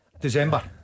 December